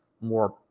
more